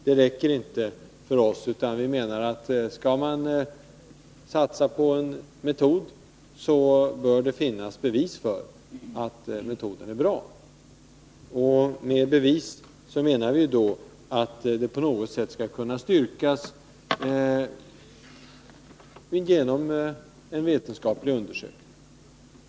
Det räcker inte för oss, utan vi menar att skall man satsa på en metod så bör det finnas bevis för att metoden är bra — och med bevis menar vi då att det på något sätt skall kunna styrkas genom vetenskaplig undersökning.